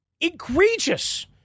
egregious